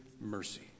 mercy